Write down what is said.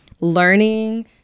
learning